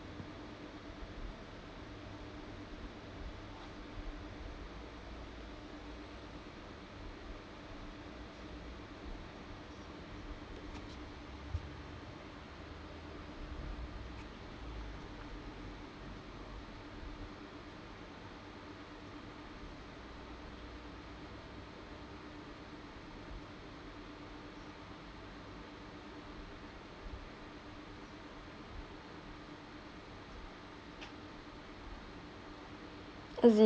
is it